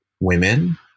women